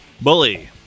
Bully